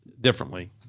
differently